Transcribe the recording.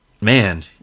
man